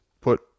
put